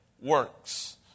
works